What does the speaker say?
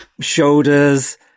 shoulders